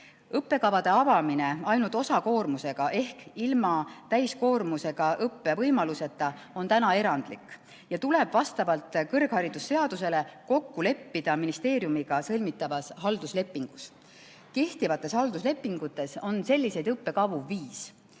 Õppekavade avamine ainult osakoormusega ehk ilma täiskoormusega õppe võimaluseta on täna erandlik ja tuleb vastavalt kõrgharidusseadusele kokku leppida ministeeriumiga sõlmitavas halduslepingus. Kehtivates halduslepingutes on selliseid õppekavu viis,